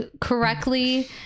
correctly